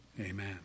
Amen